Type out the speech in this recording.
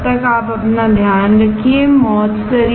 तब तक ध्यान रखना मौज करना